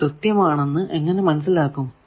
അത് കൃത്യമാണെന്ന് എങ്ങനെ മനസ്സിലാക്കും